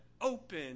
open